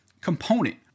component